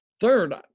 third